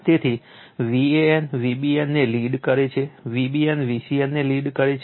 તેથી Van Vbn ને lead કરે છે Vbn Vcn ને લીડ કરે છે